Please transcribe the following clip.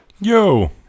Yo